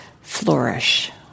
flourish